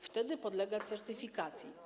Wtedy podlegają certyfikacji.